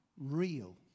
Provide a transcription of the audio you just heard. real